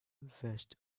vest